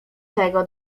tego